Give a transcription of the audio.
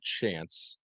chance